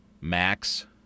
Max